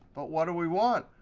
but why do we want?